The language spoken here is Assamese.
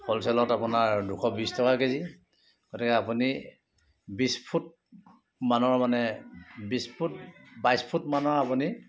হোলচেলত আপোনাৰ দুশ বিছ টকা কেজি গতিকে আপুনি বিছ ফুট মানৰ মানে বিছ ফুট বাইছ ফুট মানৰ আপুনি